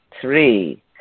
Three